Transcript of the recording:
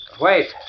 Wait